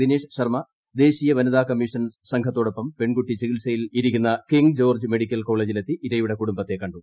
ദിനേഷ് ശർമ്മ ദേശീയ വനിതാ കമ്മീഷൻ സംഘത്തോടൊപ്പം പെൺകുട്ടി ചികിത്സയിൽ ഇരിക്കുന്ന കിംഗ് ജോർജ്ജ് മെഡിക്കൽ കോളേജിലെത്തി ഇരയുടെ കൂടുംബത്തെ കണ്ടു